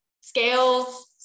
scales